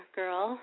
girl